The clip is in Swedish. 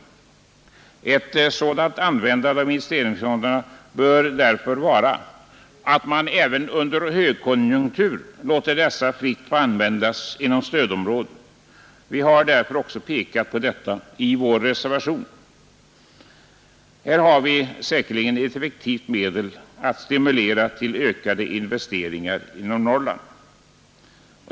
Dessa bör därför få användas fritt inom stödområdet även under högkonjunktur. Vi har också pekat på detta i vår reservation. Här finns säkerligen ett effektivt medel att stimulera till ökade investeringar i Norrland.